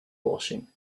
washing